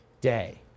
day